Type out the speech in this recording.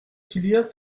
tillières